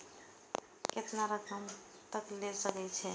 केतना रकम तक ले सके छै?